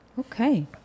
Okay